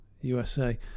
usa